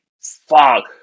fuck